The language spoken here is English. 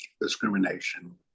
discrimination